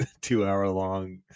two-hour-long